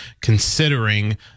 considering